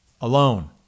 Alone